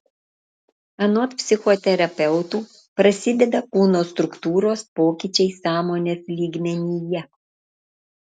anot psichoterapeutų prasideda kūno struktūros pokyčiai sąmonės lygmenyje